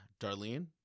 Darlene